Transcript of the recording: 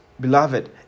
beloved